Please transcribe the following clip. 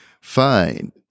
Fine